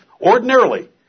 Ordinarily